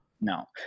no